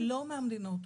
לא מהמדינות.